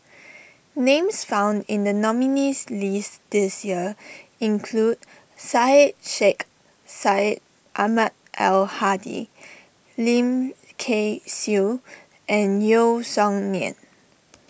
names found in the nominees' list this year include Syed Sheikh Syed Ahmad Al Hadi Lim Kay Siu and Yeo Song Nian